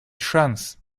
шанс